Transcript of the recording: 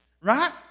Right